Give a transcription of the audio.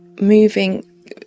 moving